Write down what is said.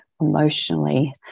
emotionally